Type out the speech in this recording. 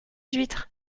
huîtres